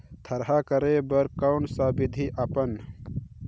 थरहा करे बर कौन सा विधि अपन?